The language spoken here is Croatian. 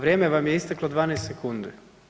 Vrijeme vam je isteklo, 12 sekundi.